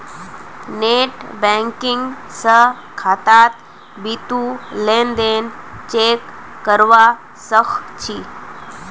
net banking स खातात बितु लेन देन चेक करवा सख छि